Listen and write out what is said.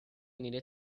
needed